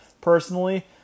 personally